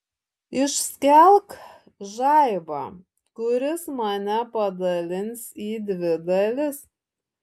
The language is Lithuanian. išskelk žaibą kuris mane padalins į dvi dalis